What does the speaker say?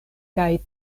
kaj